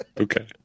Okay